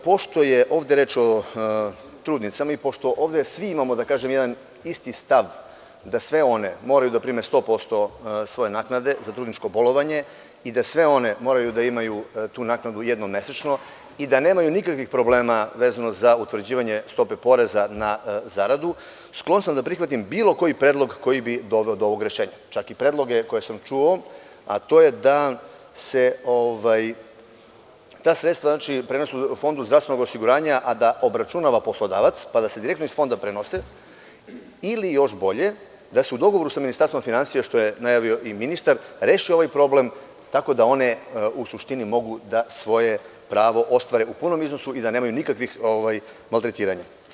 Pošto je ovde reč o trudnicama i pošto ovde svi imamo jedan isti stav da sve one moraju da prime 100% svoje naknade za trudničko bolovanje i da sve one moraju da imaju tu naknadu jednom mesečno i da nemaju nikakvih problema vezano za utvrđivanje stope poreza na zaradu, sklon sam da prihvatim bilo koji predlog koji bi doveo do ovog rešenja, čak i predloge koje sam čuo, a to je da se ta sredstva prenesu RFZO a da obračunava poslodavac, pa da se direktno iz Fonda prenose, ili još bolje, a se u dogovoru sa Ministarstvom finansija, što je najavio i ministar, reši ovaj problem, tako da one u suštini mogu da svoje pravo ostvare u punom iznosu i da nemaju nikakvih maltretiranja.